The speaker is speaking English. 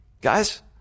guys